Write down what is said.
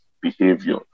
behavior